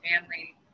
family